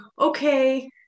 okay